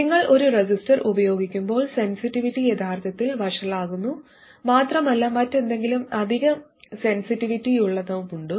നിങ്ങൾ ഒരു റെസിസ്റ്റർ ഉപയോഗിക്കുമ്പോൾ സെൻസിറ്റിവിറ്റി യഥാർത്ഥത്തിൽ വഷളാകുന്നു മാത്രമല്ല മറ്റെന്തെങ്കിലും അധിക സെൻസിറ്റിവിറ്റിയുള്ളതുമുണ്ട്